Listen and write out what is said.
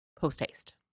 post-haste